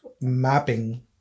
mapping